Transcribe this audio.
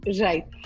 right